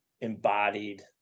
embodied